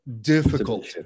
difficult